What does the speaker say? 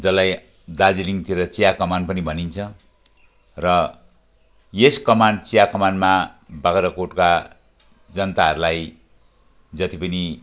जसलाई दार्जिलिङतिर चिया कमान पनि भनिन्छ र यस कमान चिया कमानमा बाग्राकोटका जनताहरूलाई जति पनि